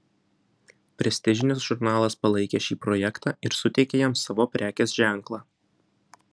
prestižinis žurnalas palaikė šį projektą ir suteikė jam savo prekės ženklą